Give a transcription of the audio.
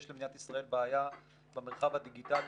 יש למדינת ישראל בעיה במרחב הדיגיטלי,